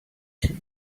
too